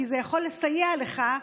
כי זה יכול לסייע לך.